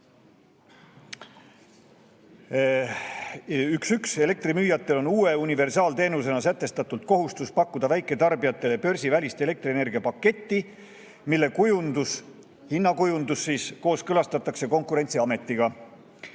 1.1. Elektrimüüjatel on uue universaalteenusena sätestatud kohustus pakkuda väiketarbijatele börsivälist elektrienergiapaketti, mille hinnakujundus kooskõlastatakse Konkurentsiametiga.